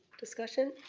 discussion.